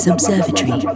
Observatory